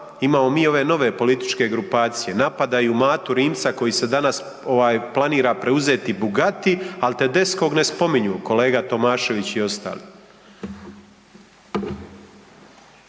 imamo mi i ove nove političke grupacije, napadaju Matu Rimca koji se danas ovaj planira preuzeti Bugatti, al Tedeschkog ne spominju kolega Tomašević i ostali.